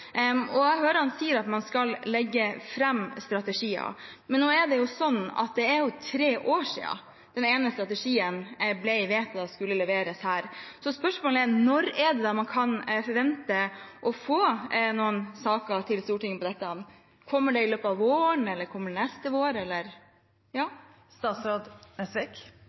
Jeg hører han sier at man skal legge fram strategier. Nå er det tre år siden den ene strategien som ble vedtatt, skulle leveres her. Så spørsmålet er: Når kan man forvente å få noen saker til Stortinget om dette? Kommer det i løpet av våren, eller kommer det neste vår?